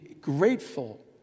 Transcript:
grateful